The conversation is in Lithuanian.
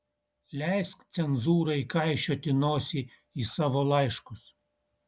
leisk cenzūrai kaišioti nosį į savo laiškus